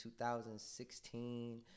2016